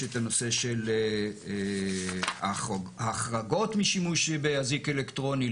יש את הנושא של החרגות משימוש באזיק אלקטרוני,